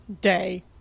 day